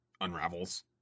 unravels